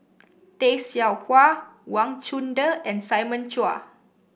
Tay Seow Huah Wang Chunde and Simon Chua